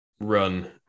run